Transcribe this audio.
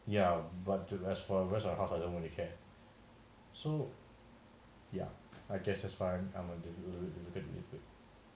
ya but as for the rest of the house I don't really care so ya I guess that's why I a little bit difficult to live with